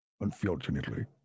Unfortunately